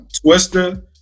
Twister